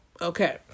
Okay